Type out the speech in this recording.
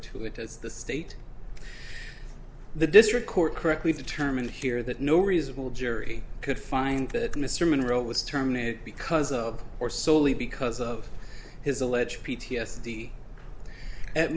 to it as the state the district court correctly determined here that no reasonable jury could find that mr monroe was terminated because of or solely because of his alleged p t s d at